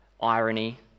irony